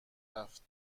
رفت